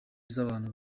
z’abantu